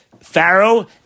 Pharaoh